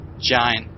giant